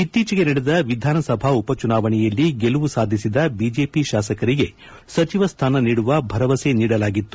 ಇತ್ತೀಚೆಗೆ ನಡೆದ ವಿಧಾನಸಭಾ ಉಪಚುಣಾವಣೆಯಲ್ಲಿ ಗೆಲುವು ಸಾಧಿಸಿದ ಬಿಜೆಪಿ ಶಾಸಕರಿಗೆ ಸಚಿವ ಸ್ಟಾನ ನೀಡುವ ಭರವಸೆ ನೀಡಲಾಗಿತ್ತು